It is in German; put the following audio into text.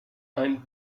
ein